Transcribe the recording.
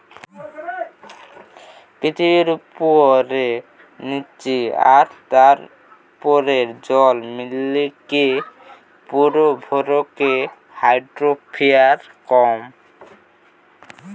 পৃথিবীর উপরে, নীচে আর তার উপরের জল মিলিকি পুরো ভরকে হাইড্রোস্ফিয়ার কয়